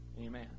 Amen